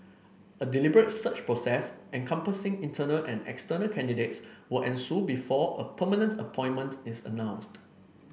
a deliberate search process encompassing internal and external candidates will ensue before a permanent appointment is announced